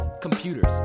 computers